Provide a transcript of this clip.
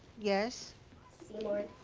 yes seymour.